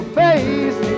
face